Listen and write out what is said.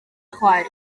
chwaer